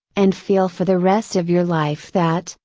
and feel for the rest of your life that,